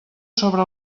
sobre